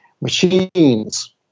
machines